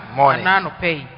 morning